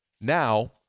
Now